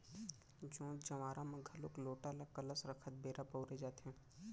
जोत जँवारा म घलोक लोटा ल कलस रखत बेरा बउरे जाथे